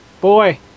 boy